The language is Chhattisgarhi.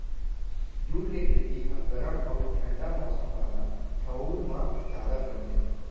जूट के खेती ह गरम अउ ठंडा मौसम वाला ठऊर म जादा करथे